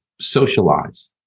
socialize